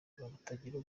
batagira